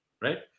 right